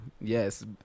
yes